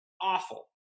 Awful